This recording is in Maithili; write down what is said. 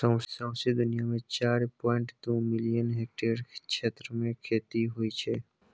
सौंसे दुनियाँ मे चारि पांइट दु मिलियन हेक्टेयर क्षेत्र मे खेती होइ छै